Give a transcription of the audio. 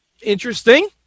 interesting